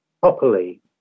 properly